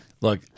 look